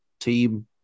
team